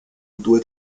due